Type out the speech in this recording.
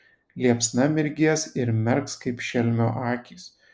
liepsna mirgės ir merks kaip šelmio akys